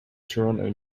toronto